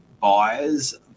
buyers